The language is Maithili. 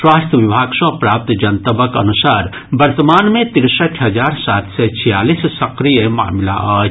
स्वास्थ्य विभाग सँ प्राप्त जनतबक अनुसार वर्तमान मे तिरसठि हजार सात सय छियालीस सक्रिय मामिला अछि